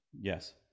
Yes